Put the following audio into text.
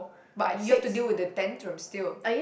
but you have to deal with the ten terms still